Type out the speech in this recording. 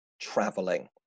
traveling